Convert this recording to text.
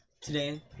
today